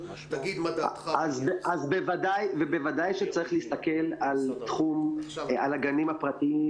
אז בוודאי שצריך להסתכל על הגנים הפרטיים